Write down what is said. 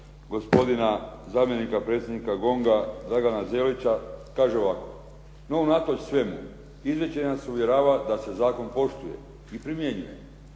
gospodina zamjenika predsjednika GONG-a Dragana Zelića kaže ovako: "No, unatoč svemu izvješće nas uvjerava da se zakon poštuje i primjenjuje.